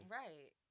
right